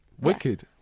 Wicked